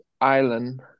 Island